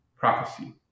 prophecy